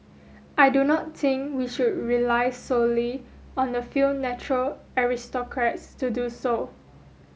I do not think we should rely solely on the few natural aristocrats to do so